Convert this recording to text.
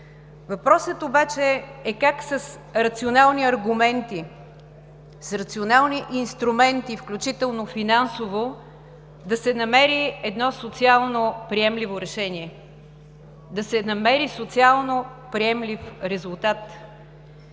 Въпросът обаче е, как с рационални аргументи, с рационални инструменти, включително финансово, да се намери едно социално приемливо решение, да се намери социално приемлив резултат?